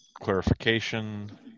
clarification